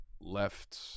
left